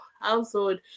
household